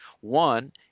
One